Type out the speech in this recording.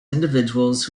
individuals